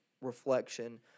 reflection